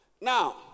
Now